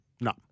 No